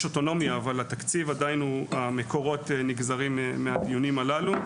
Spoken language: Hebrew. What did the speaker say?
יש אוטונומיה אבל מקורות התקציב נגזרים מהדיונים הללו.